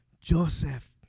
Joseph